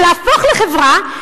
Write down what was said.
ולהפוך לחברה,